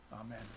Amen